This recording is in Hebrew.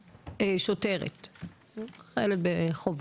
האישה ולשוויון מגדרי): << יור >> הגיעה חיילת בחובה